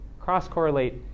cross-correlate